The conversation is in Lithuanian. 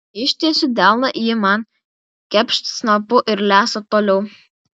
ištiesiu delną ji man kepšt snapu ir lesa toliau